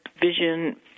vision